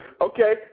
Okay